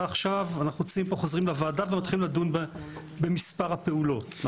עכשיו ומתחילים לדון במספר הפעולות.